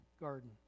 garden